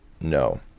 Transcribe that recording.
No